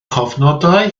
cyfnodau